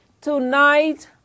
Tonight